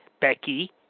Becky